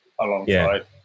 alongside